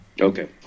Okay